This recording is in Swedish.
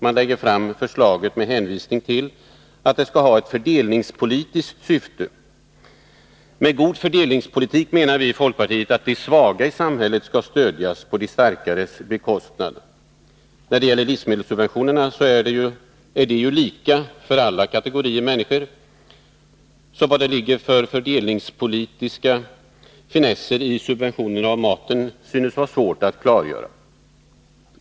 Man lägger fram förslaget med hänvisning till att det skall ha ett fördelningspolitiskt syfte. Med god fördelningspolitik menar vi i folkpartiet att de svaga i samhället skall stödjas på de starkares bekostnad. Livsmedelssubventionerna är ju lika för alla kategorier människor. Vad det ligger för fördelningspolitisk finess i subventioneringen av maten synes vara svårt att klargöra.